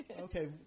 Okay